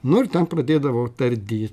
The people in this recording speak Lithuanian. nu nors ten pradėdavo tardy